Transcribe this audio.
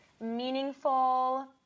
meaningful